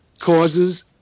causes